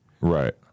Right